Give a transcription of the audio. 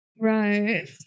right